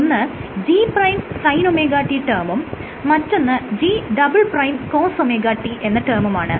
ഒന്ന് G'Sinωt ടെർമും മറ്റൊന്ന് G"Cosωt എന്ന ടെർമുമാണ്